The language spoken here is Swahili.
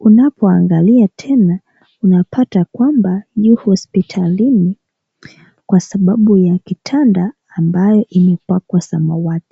unapoangalia tena unapata kwamba yu hospitalini kwa sababu ya kitanda ambaye imepakwa samawti.